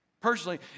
personally